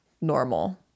normal